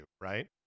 right